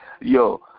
Yo